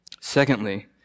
Secondly